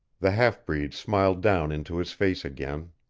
the half-breed smiled down into his face again.